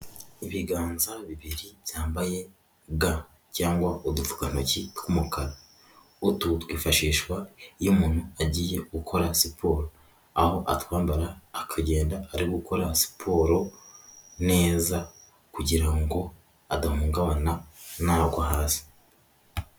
Ibiganza bibiri byambaye ga cyangwa udupfukantoki tw'umukara. Utu twifashishwa iyo umuntu agiye gukora siporo, aho atwambara akagenda ari gukora siporo neza kugira ngo adahungabana nagwa ha hasi.